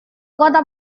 kota